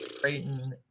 Creighton